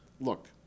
look